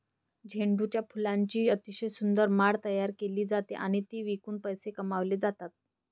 झेंडूच्या फुलांची अतिशय सुंदर माळ तयार केली जाते आणि ती विकून पैसे कमावले जातात